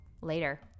later